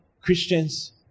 Christians